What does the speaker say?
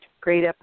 Great